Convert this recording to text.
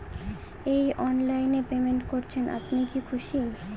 এই অনলাইন এ পেমেন্ট করছেন আপনি কি খুশি?